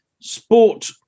sport